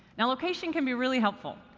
now, location can be really helpful,